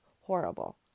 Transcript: horrible